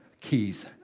keys